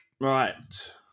Right